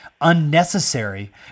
unnecessary